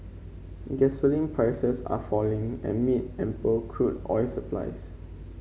gasoline prices are falling amid ample crude oil supplies